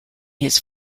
his